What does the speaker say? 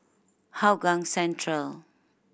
Hougang Central